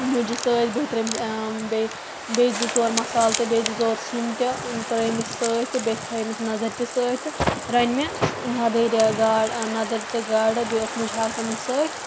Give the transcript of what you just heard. مٕجہِ سۭتۍ بیٚیہِ ترٛٲومَس بیٚیہِ بیٚیہِ زٕ ژور مصالہٕ تہٕ بیٚیہِ زٕ ژور سِنۍ تہِ ترٛٲیمَس سۭتۍ تہٕ بیٚیہِ تھٔمَس نَدٕرۍ تہٕ سۭتۍ تہٕ رَنہِ مےٚ نَدٕرِ گاڈ نَدٕرۍ تہٕ گاڈٕ بیٚیہِ اوس مُجہِ ہاکھ تِمَن سۭتۍ